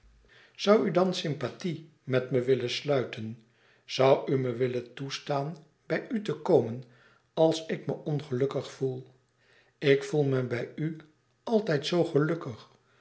zoû u dan sympathie met me willen sluiten zoû u me willen toestaan bij u te komen als ik me ongelukkig voel ik voel me bij u altijd zoo gelukkig